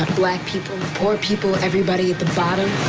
ah black people, poor people everybody at the bottom.